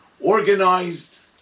organized